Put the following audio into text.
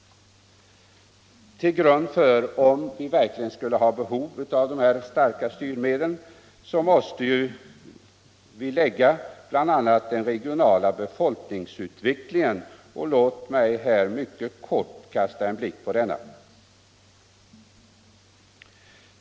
Till grund för vår bedömning av behovet av starka styrmedel måste vi lägga bl.a. den regionala befolkningsutvecklingen. Låt mig mycket kort kasta en blick på denna.